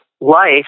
life